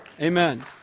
Amen